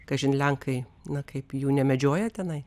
kažin lenkai na kaip jų nemedžioja tenai